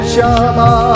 Shama